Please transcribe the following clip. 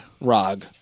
Rog